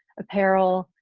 apparel,